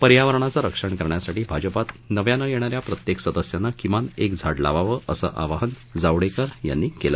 पर्यावरणाचं रक्षण करण्यासाठी भाजपात नव्यानं येणा या प्रत्येक सदस्यानं किमान एक झाड लावावं असं आवाहन जावडेकर यांनी केलं